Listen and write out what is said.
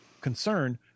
concern